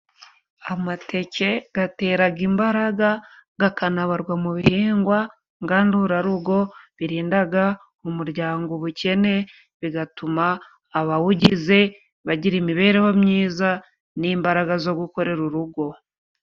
Amateke gateraga imbaraga gakanabarwa mu bihingwa ngandurarugo birindaga umuryango ubukene ,bigatuma abawugize bagira imibereho myiza n'imbaraga zo gukorera urugo.